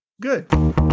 good